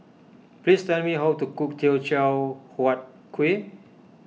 please tell me how to cook Teochew Huat Kueh